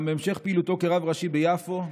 גם בהמשך פעילותו כרב ראשי ביפו,